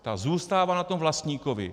Ta zůstává na tom vlastníkovi.